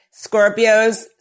Scorpios